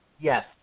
Yes